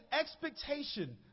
expectation